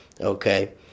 Okay